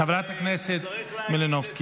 צריך להגיד את זה,